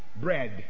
bread